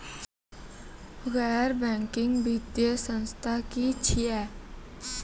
गैर बैंकिंग वित्तीय संस्था की छियै?